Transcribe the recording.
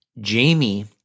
Jamie